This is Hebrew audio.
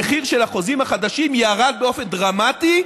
המחיר של החוזים החדשים ירד באופן דרמטי,